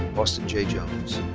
austin j. jones.